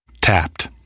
Tapped